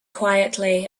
quietly